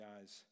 eyes